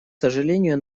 сожалению